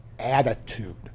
Attitude